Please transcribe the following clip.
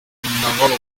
muryango